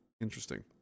Interesting